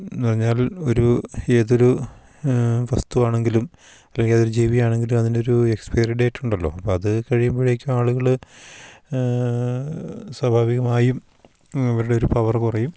എന്നു പറഞ്ഞാൽ ഒരൂ ഏതൊരു വസ്തുവാണെങ്കിലും ഇപ്പോൾ ഏതൊരു ജീവിയാണെങ്കിലും അതിനൊരൂ എക്സ്പ്പെയറി ഡേയ്റ്റുണ്ടല്ലോ അപ്പോൾ അത് കഴിയുമ്പോഴേക്കും ആളുകൾ സ്വാഭാവികമായും അവരുടെയൊരു പവറ് കുറയും